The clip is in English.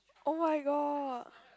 oh-my-god